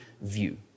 view